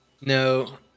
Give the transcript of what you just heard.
No